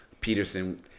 Peterson